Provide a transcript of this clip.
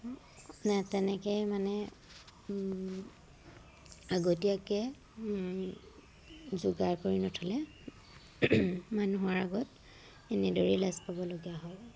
তেনেকৈ মানে আগতীয়াকৈ যোগাৰ কৰি নথ'লে মানুহৰ আগত এনেদৰেই লাজ পাবলগীয়া হয়